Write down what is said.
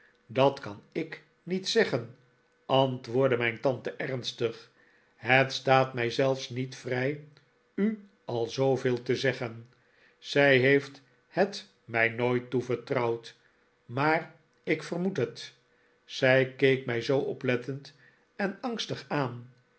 dat kan ik niet zeggen antwoordde mijn tante ernstig het staat mij zelfs niet vrij u al zooveel te zeggen zij heeft het mij nooit toevertrouwd maar ik vermoed het zij keek mij zoo oplettend en angstig aan